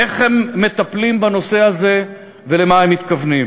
איך הם מטפלים בנושא הזה, ולמה הם מתכוונים.